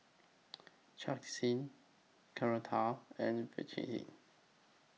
Sachin Koratala and Verghese